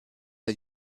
der